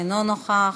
אינו נוכח.